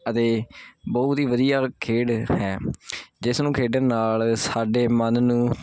ਅਤੇ ਬਹੁਤ ਹੀ ਵਧੀਆ ਖੇਡ ਹੈ ਜਿਸ ਨੂੰ ਖੇਡਣ ਨਾਲ ਸਾਡੇ ਮਨ ਨੂੰ